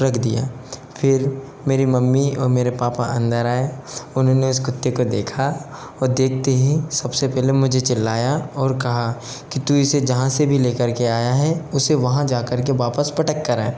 रख दिया फिर मेरी मम्मी और मेरे पापा अंदर आए उन्होंने उस कुत्ते को देखा और देखते ही सबसे पहले मुझे चिल्लाया और कहा कि तू इसे जहाँ से भी लेकर के आया है उसे वहाँ जाकर के वापस पटक कर आ